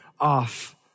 off